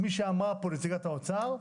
כפי שאמרה פה נציגת משרד האוצר,